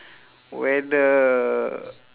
whether